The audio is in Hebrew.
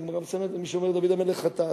מי שאומר: דוד המלך חטא.